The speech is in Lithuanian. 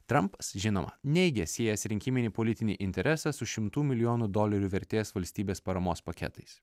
trampas žinoma neigė siejęs rinkiminį politinį interesą su šimtų milijonų dolerių vertės valstybės paramos paketais